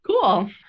cool